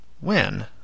When